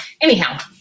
Anyhow